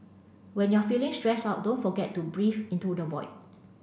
when you are feeling stressed out don't forget to breathe into the void